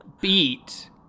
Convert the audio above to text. beat